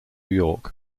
york